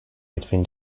between